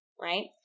right